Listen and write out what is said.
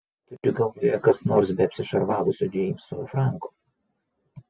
turiu galvoje kas nors be apsišarvavusio džeimso franko